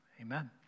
amen